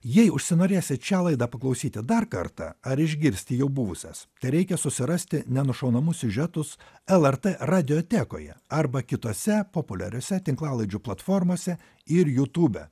jei užsinorėsit šią laidą paklausyti dar kartą ar išgirsti jau buvusias tereikia susirasti nenušaunamas siužetus lrt radiotekoje arba kitose populiariose tinklalaidžių platformose ir jutūbe